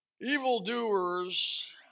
Evildoers